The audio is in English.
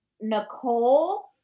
Nicole